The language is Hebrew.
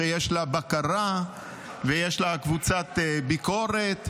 שיש עליה בקרה ויש לה קבוצת ביקורת,